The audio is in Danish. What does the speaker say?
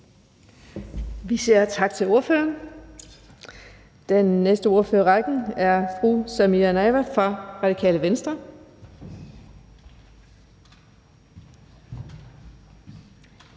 Vi siger tak til ordføreren. Den næste ordfører i rækken er fru Samira Nawa fra Radikale Venstre.